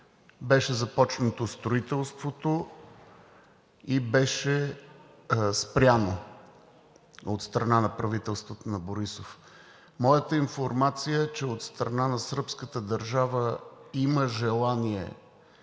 беше започнато строителството и беше спряно от страна на правителството на Борисов. Моята информация е, че от страна на сръбската държава има желание,